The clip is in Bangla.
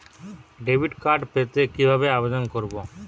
ডেবিট কার্ড পেতে কিভাবে আবেদন করব?